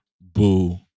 boo